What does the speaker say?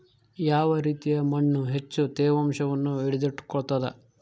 ಯಾವ ರೇತಿಯ ಮಣ್ಣು ಹೆಚ್ಚು ತೇವಾಂಶವನ್ನು ಹಿಡಿದಿಟ್ಟುಕೊಳ್ತದ?